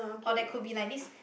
or there could be like this